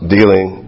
Dealing